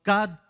God